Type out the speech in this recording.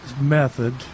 method